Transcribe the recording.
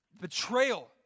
Betrayal